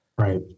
Right